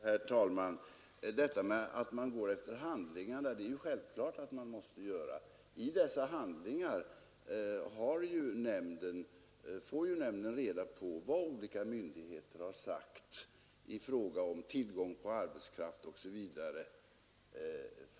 Herr talman! Självklart måste man gå efter handlingarna. I dessa handlingar får ju nämnden reda på vad olika myndigheter har sagt i fråga om tillgång på arbetskraft osv.